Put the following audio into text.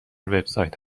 وبسایت